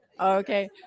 Okay